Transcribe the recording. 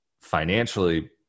financially